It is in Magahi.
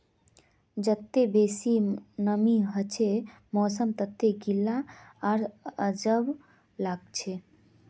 जत्ते बेसी नमीं हछे मौसम वत्ते गीला आर अजब लागछे